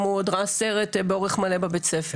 פתאום הוא עוד ראה סרט באורך מלא בבית הספר.